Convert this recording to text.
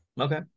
okay